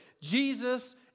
Jesus